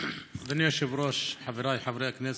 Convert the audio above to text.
אדוני היושב-ראש, חבריי חברי הכנסת,